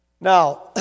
Now